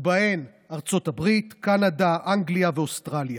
ובהן ארצות הברית, קנדה, אנגליה ואוסטרליה.